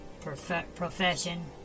profession